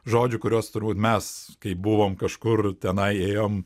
žodžių kuriuos turbūt mes kai buvom kažkur tenai ėjom